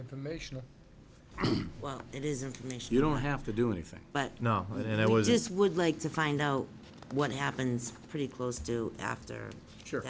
information well it is information you don't have to do anything but not what it was just would like to find out what happens pretty close to after